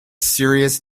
serious